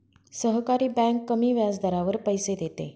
सहकारी बँक कमी व्याजदरावर पैसे देते